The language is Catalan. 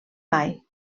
mai